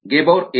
ಗೆಬೌರ್ A